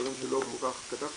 משרדים שלא כל כך מתן,